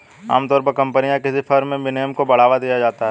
आमतौर पर कम्पनी या किसी फर्म में विनियमन को बढ़ावा दिया जाता है